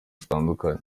zitandukanye